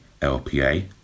LPA